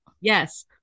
Yes